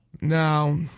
Now